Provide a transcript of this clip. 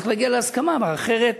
צריך להגיע להסכמה, אחרת